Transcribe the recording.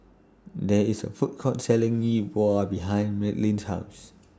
There IS A Food Court Selling Yi Bua behind Madelynn's House